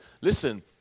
listen